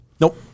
Nope